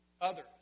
others